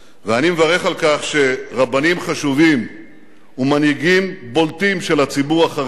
ואני מברך על כך שרבנים חשובים ומנהיגים בולטים של הציבור החרדי,